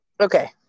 Okay